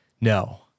no